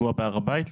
בפיגוע בהר הבית.